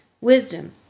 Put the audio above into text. Wisdom